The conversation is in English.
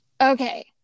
okay